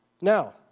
Now